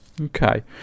Okay